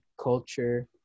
culture